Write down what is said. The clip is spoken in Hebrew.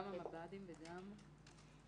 גם המב"דים וגם?